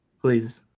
Please